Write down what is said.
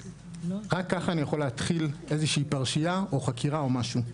רק ככה אני יכול להתחיל איזושהי פרשייה או חקירה או משהו.